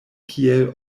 kiel